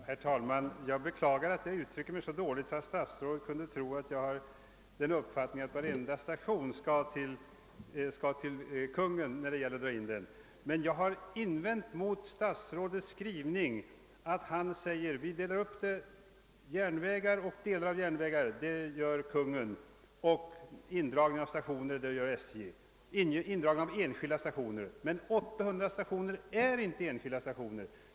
Herr talman! Jag beklagar att jag uttryckte mig så dåligt att statsrådet trodde att jag menar att indragningen av varje station skall avgöras av Kungl. Maj:t. Vad jag invänt mot statsrådets skrivning är att Kungl. Maj:t skall bestämma beträffande järnvägar och delar av järnvägar, medan indragning av enstaka stationer skall avgöras av SJ. Men 800 stationer är inte enstaka stationer!